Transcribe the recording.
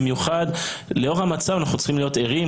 במיוחד לאור המצב אנחנו צריכים להיות ערים.